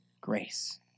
grace